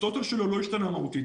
הטוטאל שלו לא השתנה מהותית,